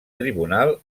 tribunal